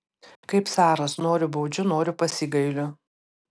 kaip caras noriu baudžiu noriu pasigailiu